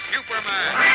Superman